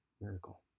miracle